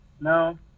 No